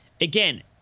Again